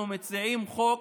אנחנו מציעים חוק